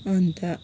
अन्त